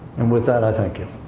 and with that, i thank you.